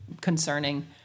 concerning